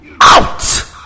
out